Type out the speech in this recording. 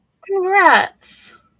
Congrats